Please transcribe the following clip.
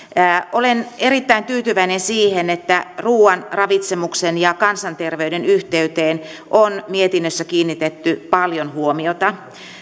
olen erittäin tyytyväinen siihen että ruuan ravitsemuksen ja kansanterveyden yhteyteen on mietinnössä kiinnitetty paljon huomiota